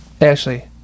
Ashley